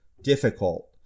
difficult